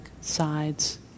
sides